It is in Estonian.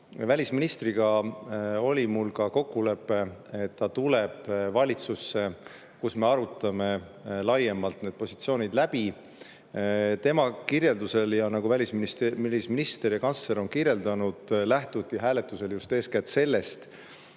Välisministriga oli mul ka kokkulepe, et ta tuleb valitsusse, kus me arutame laiemalt need positsioonid läbi. Nagu välisminister ja kantsler on kirjeldanud, lähtuti hääletusel eeskätt sellest,